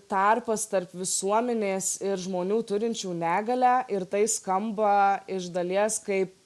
tarpas tarp visuomenės ir žmonių turinčių negalią ir tai skamba iš dalies kaip